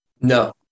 No